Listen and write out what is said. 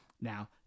Now